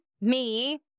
me-